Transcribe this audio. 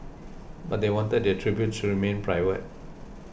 but they wanted their tributes to remain private